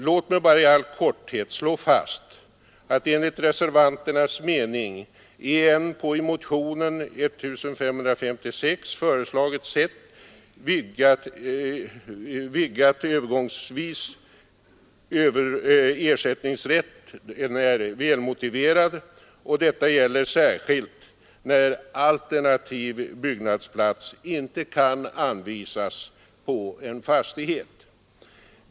Låt mig bara i all korthet slå fast att enligt reservanternas mening det i motionen 1556 föreslagna sättet till vidgad övergångsvis ersättningsrätt är väl motiverat, och detta gäller särskilt när alternativ byggnadsplats inte kan anvisas på en fastighet.